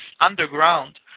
underground